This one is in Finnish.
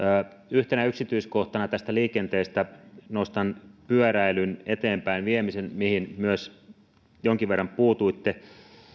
yhtenä yksityiskohtana liikenteestä nostan pyöräilyn eteenpäinviemisen mihin myös jonkin verran puutuitte